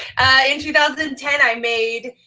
in two thousand and ten i made,